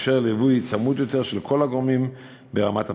מאפשר ליווי צמוד יותר של כל הגורמים ברמת הפרט.